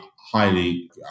highly